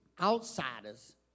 outsiders